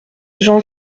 j’en